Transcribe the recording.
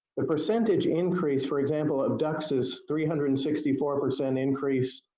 the percentage increase, for example, of ducks is three hundred and sixty four percent increase,